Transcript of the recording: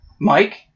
Mike